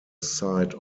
site